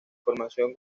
formación